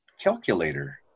calculator